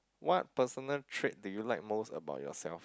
what personal trait do you like most about yourself